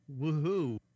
woohoo